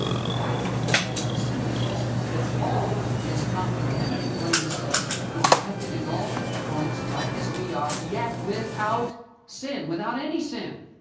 and that is the sinlessness that paul is comprehending when he says, he was tempted in all points like as we are yet without sin. without any sin.